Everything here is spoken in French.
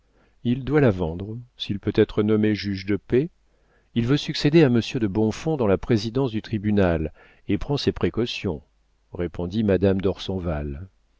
il doit la vendre s'il peut être nommé juge de paix il veut succéder à monsieur de bonfons dans la présidence du tribunal et prend ses précautions répondit madame d'orsonval